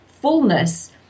fullness